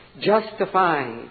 justified